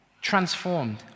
transformed